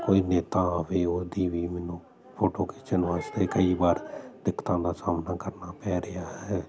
ਕੋਈ ਨੇਤਾ ਆਵੇ ਉਹਦੀ ਵੀ ਮੈਨੂੰ ਫੋਟੋ ਖਿੱਚਣ ਵਾਸਤੇ ਕਈ ਵਾਰ ਦਿੱਕਤਾਂ ਦਾ ਸਾਹਮਣਾ ਕਰਨਾ ਪੈ ਰਿਹਾ ਹੈ